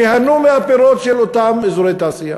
ייהנו מהפירות של אותם אזורי תעשייה.